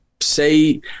Say